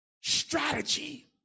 strategy